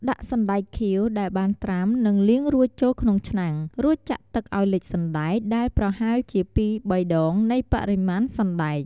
ដាក់ សណ្ដែកខៀវ ដែលបានត្រាំ និងលាងរួចចូលក្នុងឆ្នាំង រួចចាក់ទឹកឱ្យលិចសណ្ដែក ដែលប្រហែលជា ២-៣ ដងនៃបរិមាណសណ្ដែក។